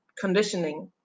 conditioning